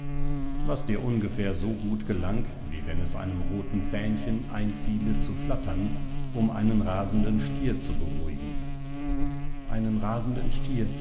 was dir ungefähr so gut gelang wie wenn es einem roten fähnchen einfiele zu flattern um einen rasenden stier zu beruhigen einen rasenden stier